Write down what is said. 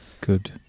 good